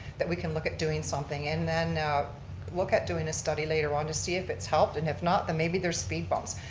that we can look at doing something and then look at doing at study later on to see if it's helped and if not, then maybe there's speed bumps.